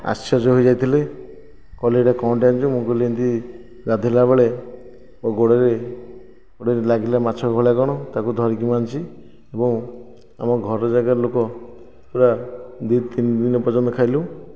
ଆଶ୍ଚର୍ଯ୍ୟ ହୋଇ ଯାଇଥିଲେ କହିଲେ ଏହିଟା କଣଟା ଆଣିଛୁ ମୁଁ କହିଲି ଏମିତି ଗାଧୋଇଲା ବେଳେ ମୋ ଗୋଡ଼ରେ ଲାଗିଲା ମାଛ ଭଳିଆ କଣ ତାକୁ ଧରିକି ମୁଁ ଆଣିଛି ଏବଂ ଆମ ଘର ଯାକର ଲୋକ ପୁରା ଦୁଇ ତିନି ଦିନ ପର୍ଯ୍ୟନ୍ତ ଖାଇଲୁ